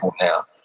now